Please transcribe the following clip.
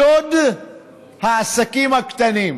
שוד העסקים הקטנים,